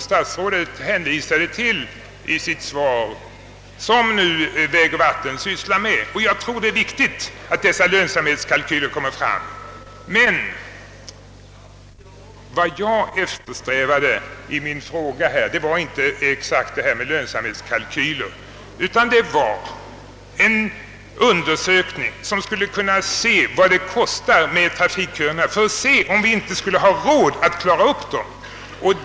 Statsrådet säger i sitt svar att vägoch vattenbyggnadsstyrelsen sysslar med dessa frågor. Jag tror att det är viktigt att dessa lönsamhetskalkyler arbetas fram. Vad jag avsåg i min fråga var emellertid inte exakta lönsamhetskalkyler utan en undersökning av vad trafikköerna kostar, för att vi sedan skall kunna avgöra om vi har råd att vidta åtgärder för att lösa dessa problem.